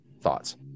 thoughts